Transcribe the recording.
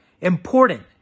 important